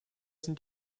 sind